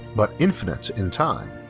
but infinite in time.